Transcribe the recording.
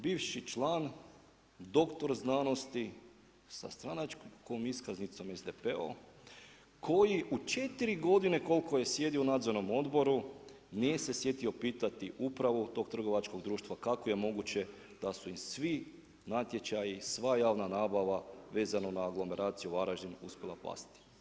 Bivši član doktor znanosti sa stranačkom iskaznicom SDP-om koji u 4 godine koliko je sjedio u nadzornom odboru, nije se sjetio pitati upravu tog trgovačkog društva, kako je moguće da su im svi natječaji, sva javna nabava vezano na … Varaždin, uspjela pasti.